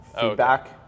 feedback